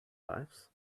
lives